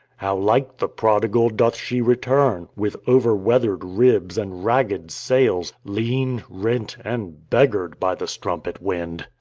how like the prodigal doth she return, with over-weather'd ribs and ragged sails, lean, rent, and beggar'd by the strumpet wind!